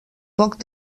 poc